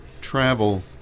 travel